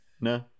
no